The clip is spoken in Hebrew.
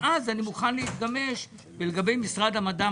ואז אני מוכן להתגמש ולגבי משרד המדע,